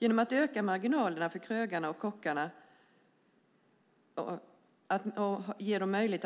Genom att öka marginalerna kan krögarna och kockarna